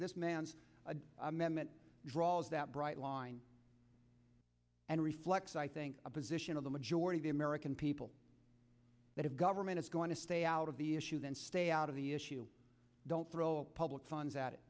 this man's amendment draws that bright line and reflects i think a position of the majority the american people that have government is going to stay out of the issues and stay out of the issue don't throw a public funds